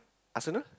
arsenal